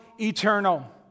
eternal